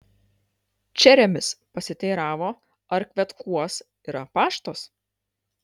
čeremis pasiteiravo ar kvetkuos yra paštas